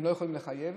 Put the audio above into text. הם לא יכולים לחייב,